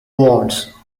wards